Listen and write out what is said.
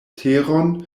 teron